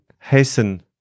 hasten